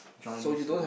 join this event